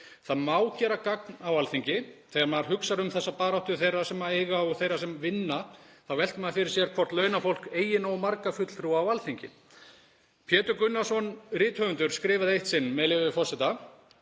Það má gera gagn á Alþingi. Þegar maður hugsar um þessa baráttu þeirra sem eiga og þeirra sem vinna þá veltir maður fyrir sér hvort launafólk eigi nógu marga fulltrúa á Alþingi. Pétur Gunnarsson rithöfundur skrifaði eitt sinn, með leyfi forseta: